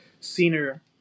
senior